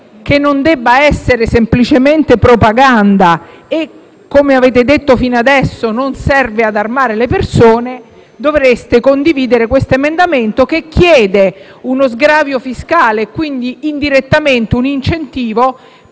che non debba essere semplicemente propaganda e - come avete detto fino ad ora - non serva ad armare le persone, dovreste condividere questo emendamento che chiede uno sgravio fiscale, e quindi indirettamente un incentivo,